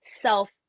self